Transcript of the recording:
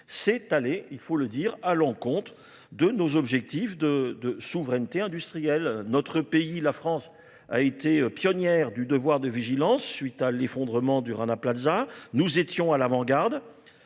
s'est allé, il faut le dire, à l'encontre de nos objectifs de souveraineté industrielle. Notre pays, la France, a été pionnière du devoir de vigilance suite à l'effondrement du Rana Plaza. Nous étions à l'avant-garde.